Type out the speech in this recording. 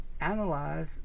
Analyze